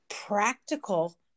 practical